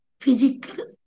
Physical